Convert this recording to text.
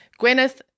Gwyneth